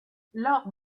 lors